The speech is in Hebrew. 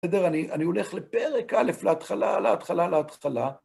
בסדר, אני הולך לפרק א', להתחלה, להתחלה, להתחלה.